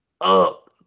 up